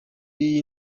y’iyi